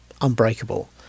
unbreakable